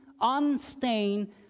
unstained